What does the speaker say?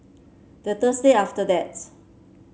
the Thursday after that